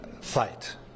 fight